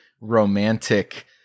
romantic